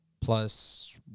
plus